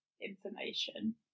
information